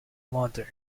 modern